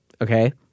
okay